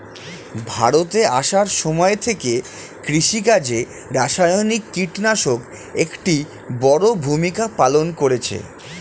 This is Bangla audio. ভারতে আসার সময় থেকে কৃষিকাজে রাসায়নিক কিটনাশক একটি বড়ো ভূমিকা পালন করেছে